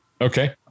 Okay